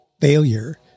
failure